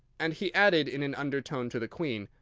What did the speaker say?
and he added in an undertone to the queen,